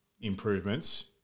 improvements